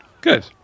Good